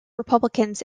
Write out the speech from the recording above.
republicans